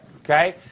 okay